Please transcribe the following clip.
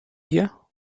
hier